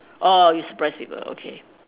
orh you surprise people okay